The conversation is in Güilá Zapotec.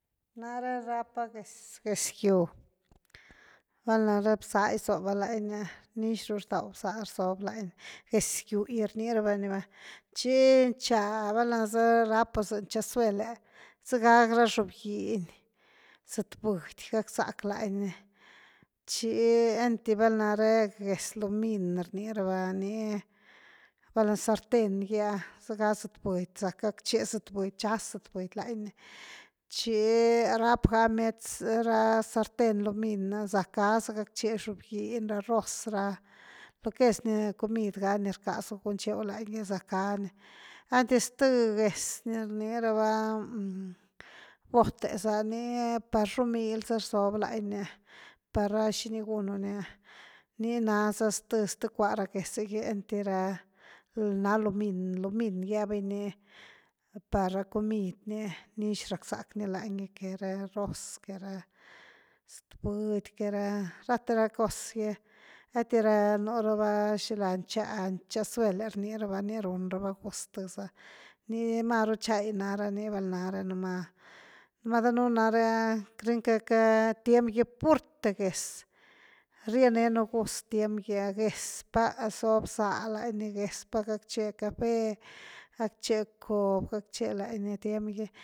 Nara rapa gez-gez gyu, valna bza gizoba lany ni nixru rda bzá rzob lany ni, gez gyu’gy rni raba ni va tchi ncha val rapu mcha zuele zëga ra xob giny zetbudy gack zack lany ni, chi einty val nare gez lumin rni raba, ni val’na sarten gi’ah sack gacche szetbuny chaz zetbudy lany ni, chi rap ga bmiety sarten lumin ah, zack gaza gac che xob giny ra roz ra, lo que es ra comid ga ni rcasu gunchew lani gy zack ga ni, einty zth gez ni rni raba bot’e za ni par xob mily za rzob lani ni, par ra xini gunu ni’ah, ni na sa’zth zth cua ra gez’e gy einty ra ni na lumin, lumin gi’a baini par comid ni nix rackzack ni lany gy que ra roz que ra zetbudy que ra, rathe ra cos gy, einty ra, nú raba nax xila ncha-ncha zuel’e rni raba ni, run raba gus zth za, ni maru nchai nara ni velna núma-numá danun nare rënica, tiem gy ah purte géz rienenu gúz tiem gim géz pa zob bza lany ni géz pa gackche café, gackche cob, gackche lañni tiem gy.